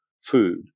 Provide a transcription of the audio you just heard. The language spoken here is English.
food